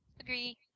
Agree